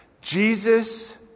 Jesus